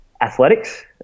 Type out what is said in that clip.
athletics